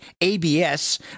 ABS